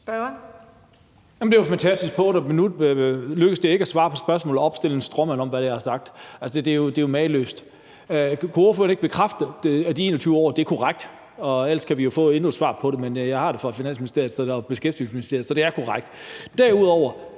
Det er jo fantastisk. På under et minut lykkedes det ikke at svare på spørgsmålet og opstille en stråmand om, hvad jeg har sagt. Det er jo mageløst. Kunne ordføreren ikke bekræfte, at det med 21 år er korrekt? Ellers kan vi jo få endnu et svar på det. Men jeg har det fra Finansministeriet og Beskæftigelsesministeriet, så det er korrekt. Kan